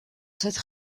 cette